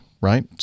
right